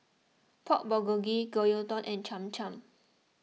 Pork Bulgogi Gyudon and Cham Cham